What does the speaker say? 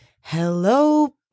hello